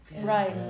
Right